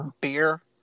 beer